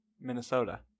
Minnesota